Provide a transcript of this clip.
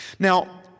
Now